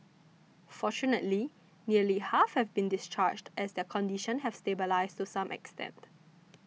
fortunately nearly half have been discharged as their condition have stabilised to some extent